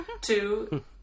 Two